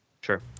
Sure